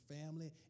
family